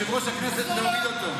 על יושב-ראש הכנסת להוריד אותו.